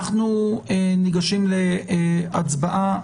אנחנו ניגשים להצבעה.